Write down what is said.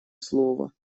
слова